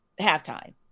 halftime